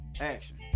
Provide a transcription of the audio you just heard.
action